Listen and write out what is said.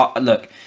Look